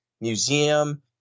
museum